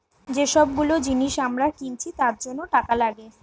যে সব গুলো জিনিস আমরা কিনছি তার জন্য টাকা লাগে